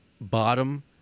bottom